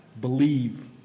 believe